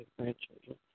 grandchildren